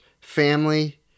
family